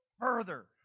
further